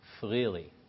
freely